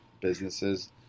businesses